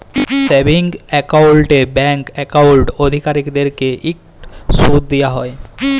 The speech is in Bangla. সেভিংস একাউল্টে ব্যাংক একাউল্ট অধিকারীদেরকে ইকট সুদ দিয়া হ্যয়